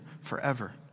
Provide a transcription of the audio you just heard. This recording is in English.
forever